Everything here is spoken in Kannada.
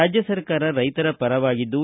ರಾಜ್ಯ ಸರ್ಕಾರ ರೈತರ ಪರವಾಗಿದ್ದು